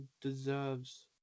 deserves